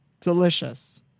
Delicious